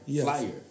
Flyer